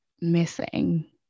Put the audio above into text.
missing